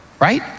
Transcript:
right